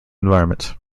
environment